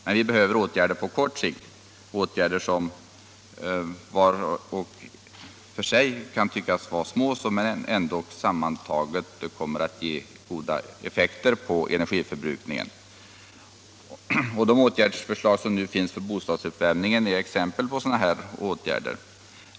Men vi behöver också åtgärder på kort sikt, åtgärder som var för sig kan tyckas vara små men som tillsammantagna kommer att ge goda effekter på energiförbrukningen. De förslag till åtgärder när det gäller bostadsuppvärmningen som nu läggs fram är exempel på sådana åtgärder.